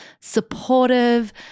supportive